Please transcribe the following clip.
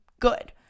good